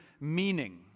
meaning